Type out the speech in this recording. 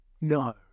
No